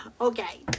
Okay